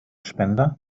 spender